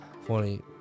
Funny